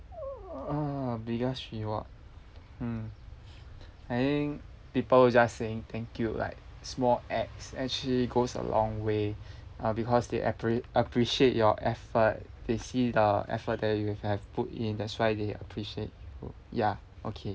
ah biggest reward mm I think people just saying thank you like small acts actually goes a long way uh because they appre~ appreciate your effort they see the effort that you have put in that's why they appreciate you ya okay